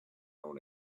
own